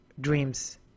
dreams